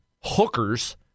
hookers